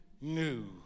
new